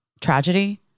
tragedy